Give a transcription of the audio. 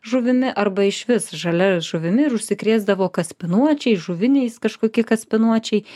žuvimi arba išvis žalia žuvimi ir užsikrėsdavo kaspinuočiais žuviniais kažkoki kaspinuočiai